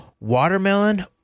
watermelon